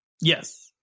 Yes